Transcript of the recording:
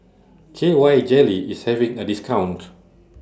K Y Jelly IS having A discount